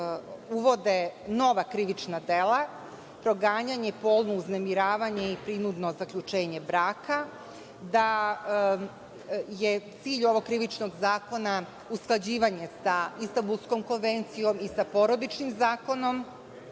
uvode nova krivična dela, proganjanje i polno uznemiravanje i prinudno zaključenje braka. Da je cilj ovog Krivičnog zakona usklađivanje sa Istambulskom konvencijom i sa porodičnim zakonom,